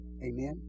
Amen